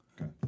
Okay